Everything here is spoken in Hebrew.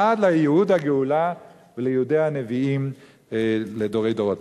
עד לייעוד הגאולה ולייעודי הנביאים לדורי דורות.